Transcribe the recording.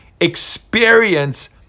experience